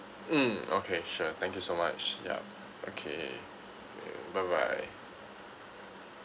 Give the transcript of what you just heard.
mm okay sure thank you so much yup okay bye bye